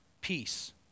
peace